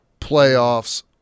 playoffs